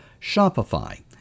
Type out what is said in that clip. Shopify